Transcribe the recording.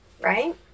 right